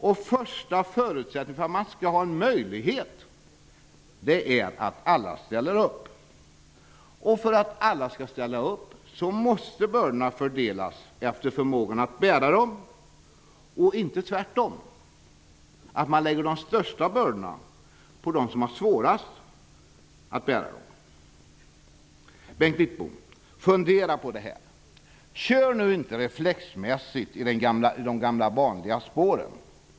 En första förutsättning för att ha en möjlighet att klara detta är att alla ställer upp. För att alla skall ställa upp måste bördorna fördelas efter förmågan att bära dem -- inte tvärtom, dvs. att de största bördorna läggs på dem som har svårast att bära bördorna. Bengt Wittbom, fundera på det här och kör inte reflexmässigt i de gamla vanliga spåren!